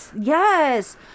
Yes